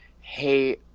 hey